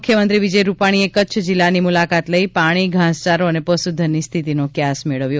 મુખ્યમંત્રી વિજય રૂપાણીએ કચ્છ જીલ્લાની મુલાકાત લઈ પાણી ઘાસચારો અને પશુધનની સ્થિતિનો કયાસ મેળવ્યો